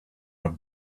have